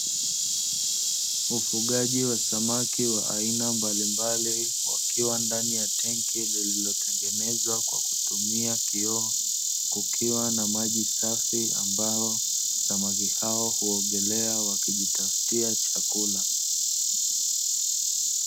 Ufugaji wa samaki wa aina mbalimbali, wakiwa ndani ya tenki lililotengenezwa kwa kutumia kioo, kukiwa na maji safi ambayo samaki hawa huogelea wakijitafutia chakula.